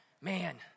Man